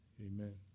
amen